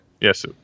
yes